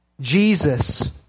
Jesus